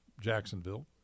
Jacksonville